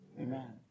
Amen